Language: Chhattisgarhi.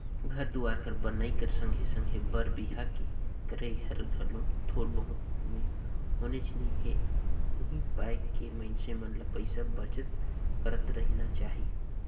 घर दुवार कर बनई कर संघे संघे बर बिहा के करई हर घलो थोर बहुत में होनेच नी हे उहीं पाय के मइनसे ल पइसा बचत करत रहिना चाही